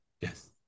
Yes